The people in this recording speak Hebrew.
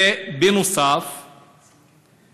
נוסף על כך,